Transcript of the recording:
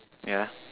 yeah